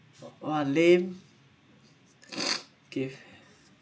!wah! lame gift